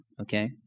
okay